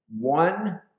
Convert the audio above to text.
one